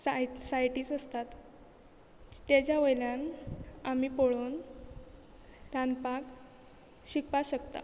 CITES आसतात ताज्या वयल्यान आमी पळोवन रांदपाक शिकपाक शकता